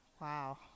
Wow